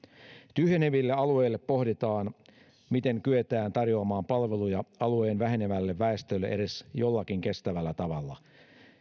tyhjenevien alueiden osalta pohditaan miten kyetään tarjoamaan palveluja alueen vähenevälle väestölle edes jotenkin kestävällä tavalla